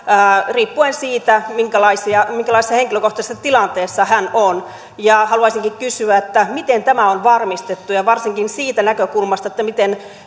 riippuen siitä minkälaisessa henkilökohtaisessa tilanteessa hän on haluaisinkin kysyä miten tämä on varmistettu ja varsinkin siitä näkökulmasta miten